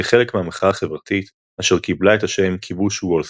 כחלק מהמחאה החברתית אשר קיבלה את השם כיבוש וול סטריט.